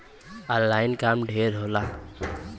online काम ढेर होला